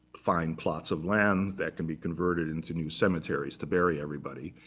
find plots of land that can be converted into new cemeteries to bury everybody.